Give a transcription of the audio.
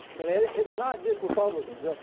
and and it's not just republicans.